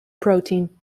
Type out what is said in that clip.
protein